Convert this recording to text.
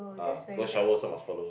ah go shower also must follow